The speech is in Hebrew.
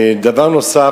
דבר נוסף,